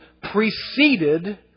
preceded